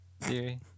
theory